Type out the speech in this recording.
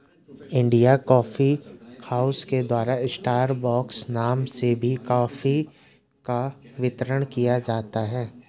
India coffee house के द्वारा Starbucks नाम से भी कॉफी का वितरण किया जाता है